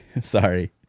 Sorry